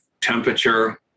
temperature